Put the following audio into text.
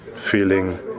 feeling